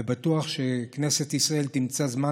ובטוח שכנסת ישראל תמצא זמן,